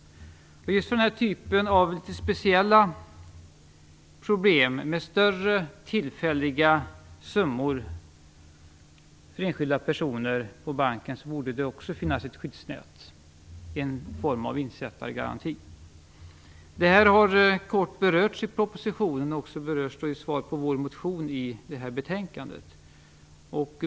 Just för den här typen av litet speciella problem, när enskilda personer har större tillfälliga summor på banken borde det också finnas ett skyddsnät, en form av insättargaranti. Det här har kort berörts i propositionen, och det berörs även i svaret på vår motion i det här betänkandet.